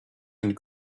and